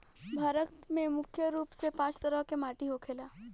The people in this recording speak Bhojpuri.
भारत में मुख्य रूप से पांच तरह के माटी होखेला